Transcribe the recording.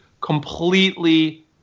completely